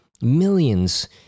millions